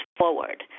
forward